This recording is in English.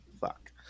Fuck